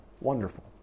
Wonderful